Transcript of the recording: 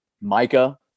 Micah